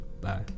bye